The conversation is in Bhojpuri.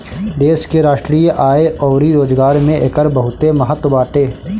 देश के राष्ट्रीय आय अउरी रोजगार में एकर बहुते महत्व बाटे